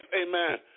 amen